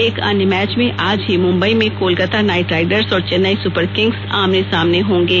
एक अन्य मैच में आज ही मुंबई में कोलकाता नाइटराइडर्स और चेन्नई सुपरकिंग्स आमने सामने होंगे